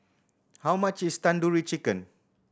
how much is Tandoori Chicken